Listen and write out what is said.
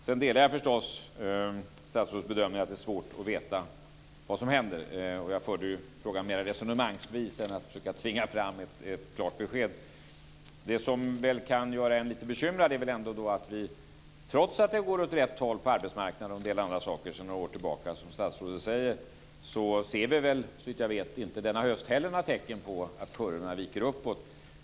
Sedan delar jag förstås statsrådets bedömning att det är svårt att veta vad som händer. Jag förde ju frågan mer resonemangsvis utan att försöka tvinga fram ett klart besked. Det som kan göra en lite bekymrad är att vi, trots att det går åt rätt håll på arbetsmarknaden och en del andra saker sedan några år tillbaka som statsrådet säger, inte heller denna höst, såvitt jag vet, ser några tecken på att kurvorna viker uppåt.